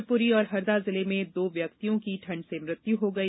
शिवपुरी और हरदा जिले में दो व्यक्तियों की ठंड से मृत्यू हो गई